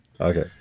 Okay